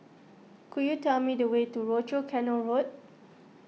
could you tell me the way to Rochor Canal Road